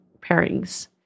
pairings